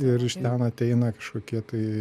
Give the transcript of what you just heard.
ir į meną ateina kažkokie tai